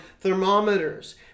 thermometers